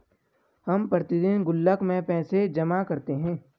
हम प्रतिदिन गुल्लक में पैसे जमा करते है